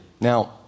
Now